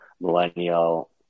millennial